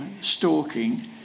stalking